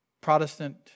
Protestant